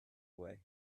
away